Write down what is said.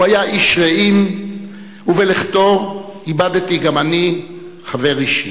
הוא היה איש רעים, ובלכתו איבדתי גם אני חבר אישי.